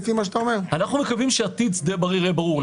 אנחנו מקווים שעתיד שדה בריר יהיה ברור,